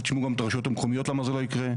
תכף תשמעו גם את הרשויות המקומיות למה זה לא יקרה.